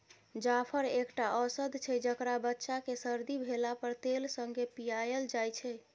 जाफर एकटा औषद छै जकरा बच्चा केँ सरदी भेला पर तेल संगे पियाएल जाइ छै